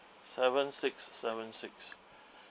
seven six seven six